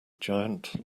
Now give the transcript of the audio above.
giant